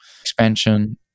expansion